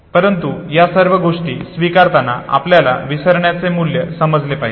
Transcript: परंतु या सर्व गोष्टी स्विकारताना आपल्याला विसरण्याचे मूल्य समजले पाहिजे